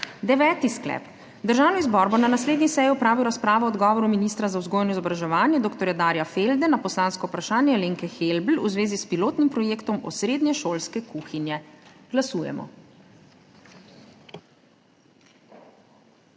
Deveti sklep: Državni zbor bo na naslednji seji opravil razpravo o odgovoru ministra za vzgojo in izobraževanje dr. Darja Felde na poslansko vprašanje Alenke Helbl v zvezi s pilotnim projektom osrednje šolske kuhinje. Glasujemo.